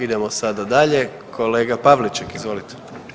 Idemo sada dalje, kolega Pavliček izvolite.